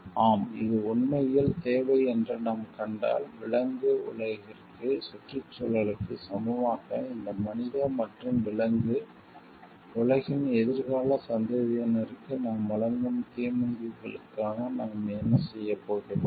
ஆம் இது உண்மையில் தேவை என்று நாம் கண்டால் விலங்கு உலகிற்கு சுற்றுச்சூழலுக்கு சமமாக இந்த மனித மற்றும் விலங்கு உலகின் எதிர்கால சந்ததியினருக்கு நாம் வழங்கும் தீங்குகளுக்காக நாம் என்ன செய்கிறோம்